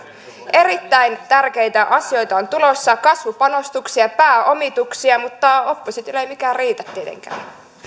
erittäin tärkeitä asioita on tulossa kasvupanostuksia ja pääomituksia mutta oppositiolle ei mikään riitä tietenkään